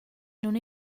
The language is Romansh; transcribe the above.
nun